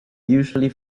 usually